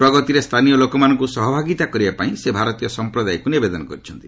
ପ୍ରଗତିରେ ସ୍ଥାନୀୟ ଲୋକମାନଙ୍କୁ ସହଭାଗିତା କରିବା ପାଇଁ ସେ ଭାରତୀୟ ସମ୍ପ୍ରଦାୟକୁ ନିବେଦନ କରିଛନ୍ତି